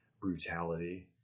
brutality